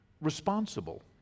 Responsible